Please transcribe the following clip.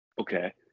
okay